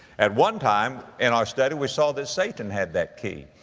at one time in our study we saw that satan had that key.